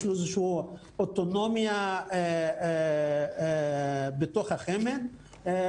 יש לו איזושהי אוטונומיה בתוך החינוך הממלכתי דתי,